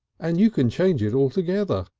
and you can change it altogether.